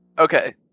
Okay